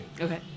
Okay